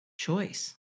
choice